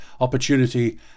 Opportunity